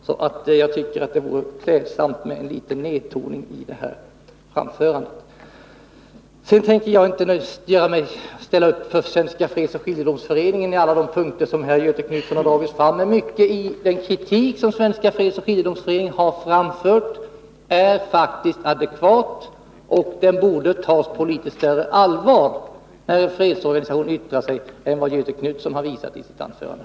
Jag tycker alltså att det vore klädsamt med en nedtoning. Sedan tänker jag inte ställa upp för Svenska fredsoch skiljedomsföreningen i alla de punkter som Göthe Knutson tagit upp. Men mycket i den kritiken är faktiskt adekvat, och när en fredsorganisation yttrar sig borde man ta det på litet större allvar än Göthe Knutson gjorde i sitt anförande.